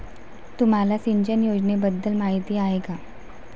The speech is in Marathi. तुम्हाला सिंचन योजनेबद्दल माहिती आहे का?